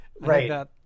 Right